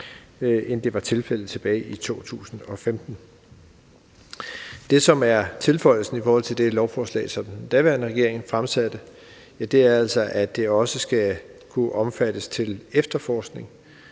end det var tilfældet tilbage i 2015. Det, som er tilføjelsen i forhold til det lovforslag, som den daværende regering fremsatte, er altså, at det også skal kunne omfattes af efterforskning